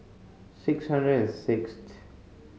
six hundred and six